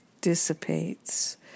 dissipates